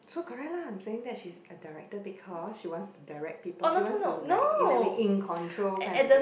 so correct la I'm saying that she's a director because she wants to direct people she wants to like in a way in control kind of thing